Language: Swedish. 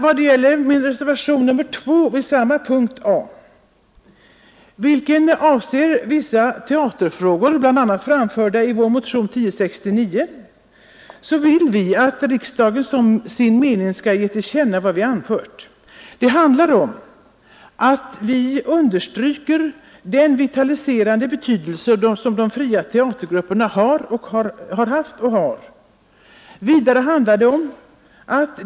I reservation A 2 vid punkt 1 — den avser vissa teaterfrågor, framförda i motion 1069 — hemställer vi att riksdagen som sin mening skall ge till känna vad vi anfört. Vi understryker i reservationen den vitaliserande betydelse de fria teatergrupperna haft och har.